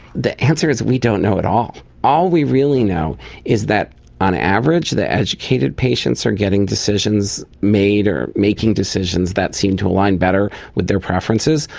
the answer is we don't know at all. all we really know is that on average the educated patients are getting decisions made or making decisions that seem to align better with their preferences,